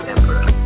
Emperor